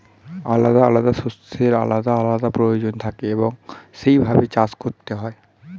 আলাদা আলাদা শস্যের আলাদা আলাদা প্রয়োজন থাকে এবং সেই ভাবে চাষ করতে হয়